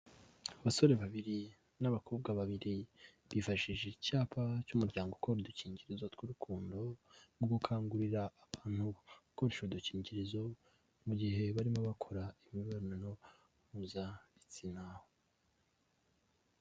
Abasore babiri n'abakobwa babiri bifashishije icyapa cy'umuryango ukora udukingirizo tw'urukundo, mu gukangurira abantu gukoresha udukingirizo mu gihe barimo bakora imibonano mpuzabitsina.